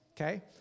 okay